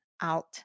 out